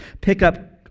pickup